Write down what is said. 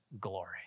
glory